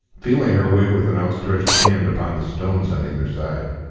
feeling her way with an outstretched hand upon the stones on either side.